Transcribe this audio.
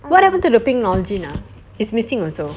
what happened to the pink Nalgene ah it's missing also